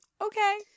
Okay